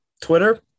twitter